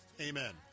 amen